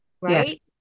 right